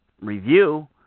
review